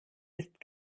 ist